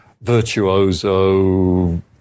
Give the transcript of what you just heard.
virtuoso